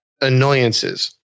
annoyances